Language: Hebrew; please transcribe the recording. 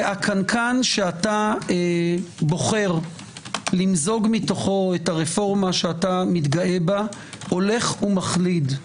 והקנקן שאתה בוחר למזוג מתוכו את הרפורמה שאתה מתגאה בה הולך ומחליד.